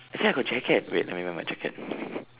actually I got jacket wait let me wear my jacket